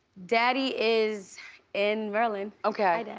daddy is in maryland. okay. hi dad,